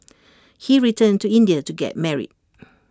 he returned to India to get married